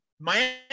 Miami